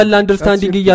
understanding